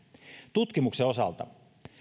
tutkimuksen osalta